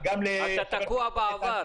אתה תקוע בעבר.